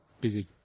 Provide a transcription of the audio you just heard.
busy